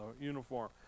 uniform